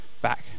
back